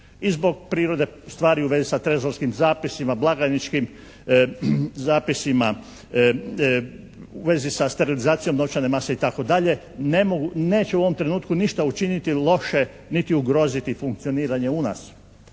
zbog prirode stvari u vezi sa trezorskim zapisima, blagajničkim zapisima, u vezi sa sterilizacijom novčane mase itd. neće u ovom trenutku ništa učiniti loše niti ugroziti funkcioniranje u nas.